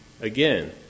again